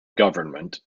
government